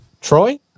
Troy